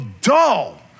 dull